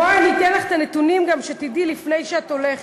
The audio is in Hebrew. בואי אתן לך את הנתונים, שתדעי, לפני שאת הולכת: